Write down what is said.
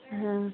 हाँ